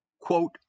quote